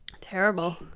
Terrible